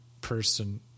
person